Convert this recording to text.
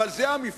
אבל זה המבחן.